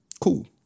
Cool